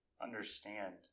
understand